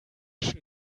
schon